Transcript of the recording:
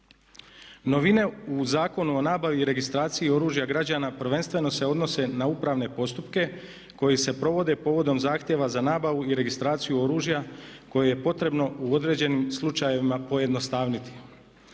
Novine u Zakonu o nabavi i registraciji oružja građana prvenstveno se odnose na upravne postupke koji se provode povodom zahtjeva za nabavu i registraciju oružja koje je potrebno u određenim slučajevima pojednostavniti.